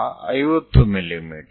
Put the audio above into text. ನಂತರ 50 ಮಿ